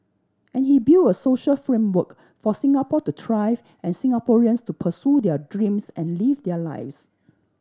and he build a social framework for Singapore to thrive and Singaporeans to pursue their dreams and live their lives